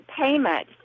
payment